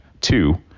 two